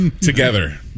together